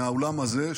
מהאולם הזה,